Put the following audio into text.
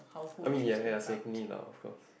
I mean ya ya so need lah of course